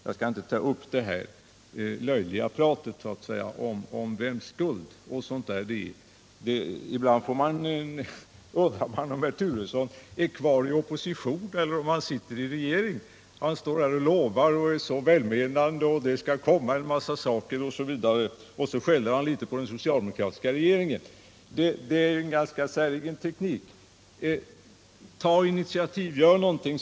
Jag skall inte ta upp det löjliga pratet om vem som har skulden till förhållandena. Ibland undrar man dock om herr Turesson verkligen företräder regeringen eller fortfarande är kvar i opposition. Han ger välmenande löften om att en mängd åtgärder skall vidtas och skäller sedan på den socialdemokratiska regeringen. Det är en ganska säregen debatteknik. Ta initiativ och gör någonting!